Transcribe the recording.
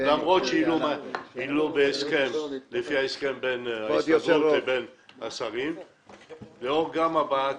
למרות שהיא לא במסגרת ההסכם בין ההסתדרות לשרים למרות הבעת